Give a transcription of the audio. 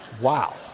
Wow